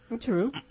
True